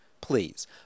Please